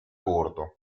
corto